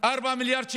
4 מיליארד שנשארו,